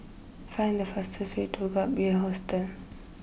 find the fastest way to Gap year Hostel